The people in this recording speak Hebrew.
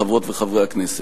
חברות וחברי הכנסת,